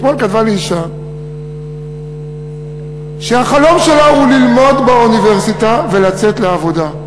אתמול כתבה לי אישה שהחלום שלה הוא ללמוד באוניברסיטה ולצאת לעבודה.